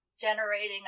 generating